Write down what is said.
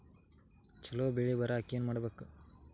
ಛಲೋ ಬೆಳಿ ಬರಾಕ ಏನ್ ಮಾಡ್ಬೇಕ್?